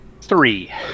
Three